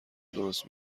درست